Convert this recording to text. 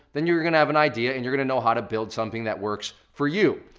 then you're you're gonna have an idea and you're gonna know how to build something that works for you.